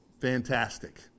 fantastic